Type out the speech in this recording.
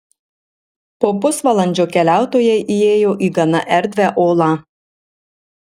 po pusvalandžio keliautojai įėjo į gana erdvią olą